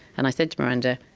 and i said to miranda,